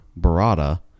Barada